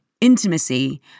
intimacy